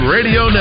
Radio